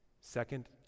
Second